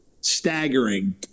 staggering